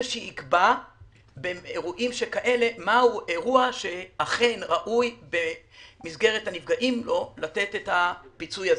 שיקבע באירועים כאלה מהו אירוע הנפגעים שראוי לתת את הפיצוי הזה.